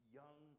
young